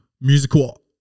Musical